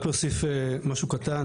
רק להוסיף משהו קטן.